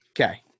Okay